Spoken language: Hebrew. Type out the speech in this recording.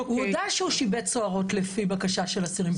הוא הודה שהוא שיבץ סוהרות לפי בקשה של אסירים ביטחוניים.